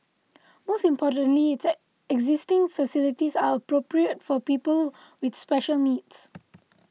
most importantly its existing facilities are appropriate for people with special needs